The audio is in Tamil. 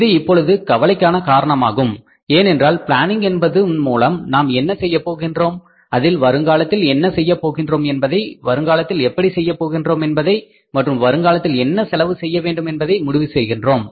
இது இப்போது கவலைக்கான காரணமாகும் ஏனென்றால் பிளானிங் என்பது மூலம் நாம் என்ன செய்யப்போகின்றோம் அதில் வருங்காலத்தில் என்ன செய்யப் போகின்றோம் என்பதை வருங்காலத்தில் எப்படி செயல்படப் போகிறோம் என்பதை மற்றும் வருங்காலத்தில் என்ன செலவு செய்யவேண்டும் என்பதை முடிவு செய்கின்றோம்